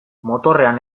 motorrean